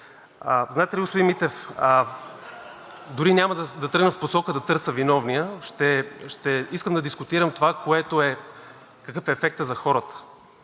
Знаете ли, господин Митев, дори няма да тръгна в посоката да търся виновния, а искам да дискутирам какъв ще е ефектът за хората?!